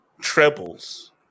trebles